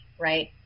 Right